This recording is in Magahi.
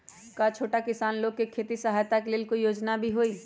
का छोटा किसान लोग के खेती सहायता के लेंल कोई योजना भी हई?